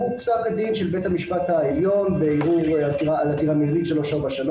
הוא פסק הדין של בית המשפט העליון בערעור על עתירה מינהלית 343,